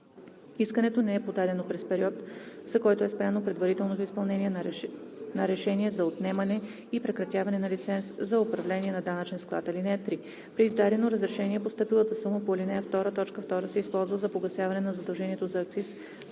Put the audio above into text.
искането не е подадено през период, за който е спряно предварителното изпълнение на решение за отнемане и прекратяване на лиценз за управление на данъчен склад. (3) При издадено разрешение постъпилата сума по ал. 2, т. 2 се използва за погасяване на задължението за акциз